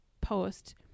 post